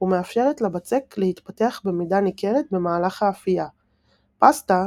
ומאפשרת לבצק להתפתח במידה ניכרת במהלך האפייה; פסטה,